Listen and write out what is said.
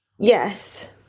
Yes